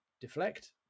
deflect